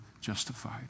justified